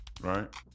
right